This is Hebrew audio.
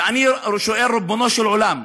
ואני שואל: ריבונו של עולם,